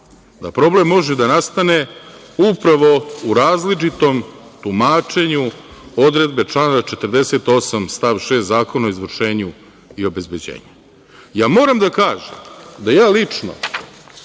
da problem može da nastane upravo u različitom tumačenju odredbe člana 48. stav 6. Zakona o izvršenju i obezbeđenju. Moram da kažem da ja lično,